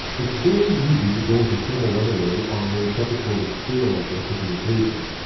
it's very easy to go into thermal runaway on a preparatory scale like this if you're impatient.